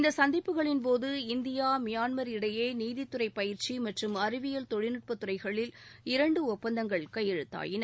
இந்த சந்திப்புகளின்போது India Myanmar இடையே நீதித்துறை பயிற்சி மற்றும் அறிவியல் தொழில்நுட்பத் துறைகளில் இரண்டு ஒப்பந்தங்கள் கையெழுத்தாயின